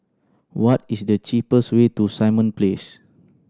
what is the cheapest way to Simon Place